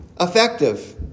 effective